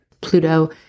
Pluto